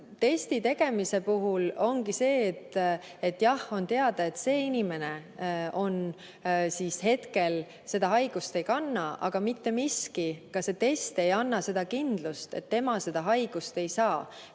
Testi tegemise puhul ongi nii, et jah, on teada, et see inimene hetkel seda haigust ei kanna, aga mitte miski, ka see test ei anna seda kindlust, et tema seda haigust ei saa,